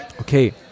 okay